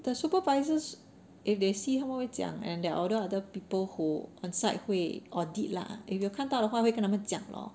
the supervisors if they see 他们会讲 and there are order other people who on site 会 audit lah if you are 有看到的话会跟他们讲 lor